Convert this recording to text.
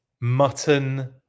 mutton